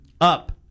up